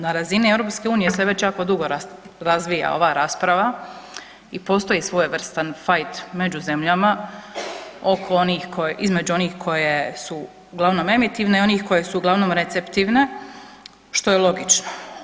Na razini EU-a se već jako dugo razvija ova rasprava, i postoji svojevrstan fight među zemljama između onih koje su uglavnom emitivne i one koje su uglavnom receptivne, što je logično.